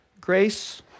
grace